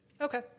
Okay